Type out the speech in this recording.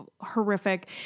horrific